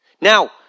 Now